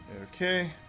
Okay